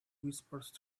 whispered